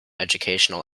educational